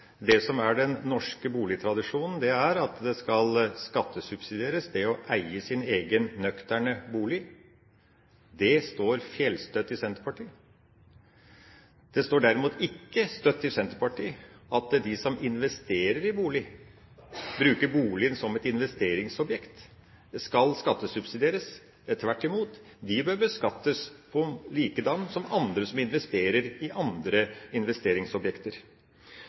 Det som er den norske boligtradisjonen, er at det å eie sin egen, nøkterne bolig skal skattesubsidieres. Det står fjellstøtt i Senterpartiet. Det står derimot ikke støtt i Senterpartiet at de som investerer i bolig – bruker boligen som et investeringsobjekt – skal skattesubsidieres. Tvert imot – de bør beskattes likedan som andre som investerer i andre investeringsobjekter.